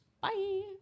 Bye